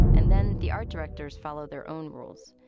and then the art directors follow their own rules.